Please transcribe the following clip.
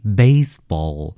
baseball